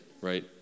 right